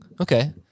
Okay